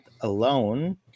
alone